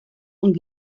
und